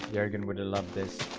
they're gonna love this